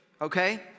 okay